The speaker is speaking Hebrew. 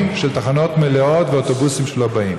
של תחנות מלאות ואוטובוסים שלא באים.